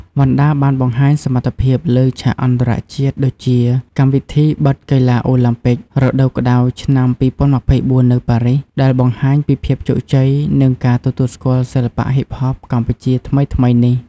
វណ្ណដាបានបង្ហាញសមត្ថភាពលើឆាកអន្តរជាតិ ដូចជា កម្មវិធីបិទកីឡាអូឡាំពិករដូវក្តៅឆ្នាំ ២០២៤ នៅប៉ារីស ដែលបង្ហាញពីភាពជោគជ័យ និងការទទួលស្គាល់សិល្បៈហ៊ីបហប កម្ពុជាថ្មីៗនេះ។